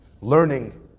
learning